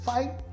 Fight